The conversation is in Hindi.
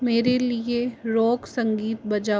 मेरे लिए रॉक संगीत बजाओ